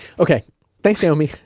okay thanks, naomi